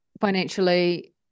financially